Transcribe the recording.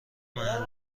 محل